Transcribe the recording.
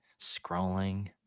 scrolling